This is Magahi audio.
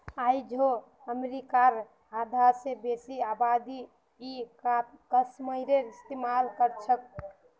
आइझो अमरीकार आधा स बेसी आबादी ई कॉमर्सेर इस्तेमाल करछेक